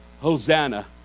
Hosanna